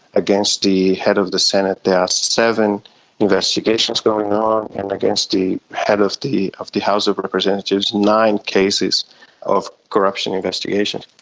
against the head of the senate seven investigations going on, and against the head of the of the house of representatives nine cases of corruption investigation.